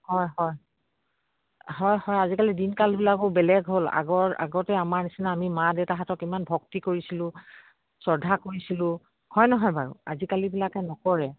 হয় হয় হয় হয় আজিকালি দিনকালবিলাকো বেলেগ হ'ল আগৰ আগতে আমাৰ নিচিনা আমি মা দেউতাহঁতক ইমান ভক্তি কৰিছিলোঁ শ্ৰদ্ধা কৰিছিলোঁ হয় নহয় বাৰু আজিকালিবিলাকে নকৰে